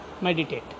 meditate